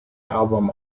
album